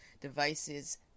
devices